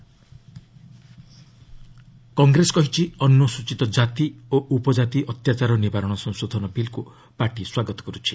Congress SC ST Congress କହିଛି ଅନୁସ୍ତଚୀତ ଜାତି ଓ ଉପଜାତି ଅତ୍ୟାଚାର ନିବାରଣ ସଂଶୋଧନ ବିଲ୍କୁ ପାର୍ଟି ସ୍ୱାଗତ କରୁଛି